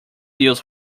deals